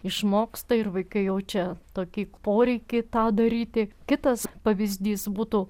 išmoksta ir vaikai jaučia tokį poreikį tą daryti kitas pavyzdys būtų